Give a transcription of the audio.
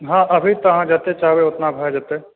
हॅं अभी तऽ अहाँ जते कहबै ओतना भऽ जेतै